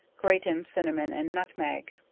grate in cinnamon and nutmeg.